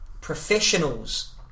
professionals